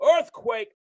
earthquake